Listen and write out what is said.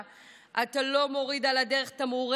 אתה לא מוריד על הדרך תמרורי עצור,